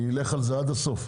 אני אלך על זה עד הסוף.